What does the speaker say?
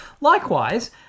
Likewise